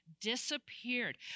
disappeared